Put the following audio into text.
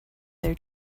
their